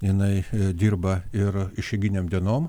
jinai dirba ir išeiginėm dienom